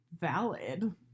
valid